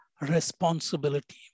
responsibility